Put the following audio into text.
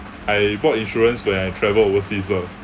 I bought insurance when I travel overseas lah